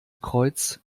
kreuz